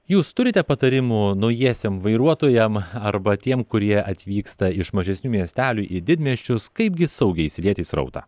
jūs turite patarimų naujiesiem vairuotojam arba tiem kurie atvyksta iš mažesnių miestelių į didmiesčius kaipgi saugiai įsilieti į srautą